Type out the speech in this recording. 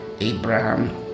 abraham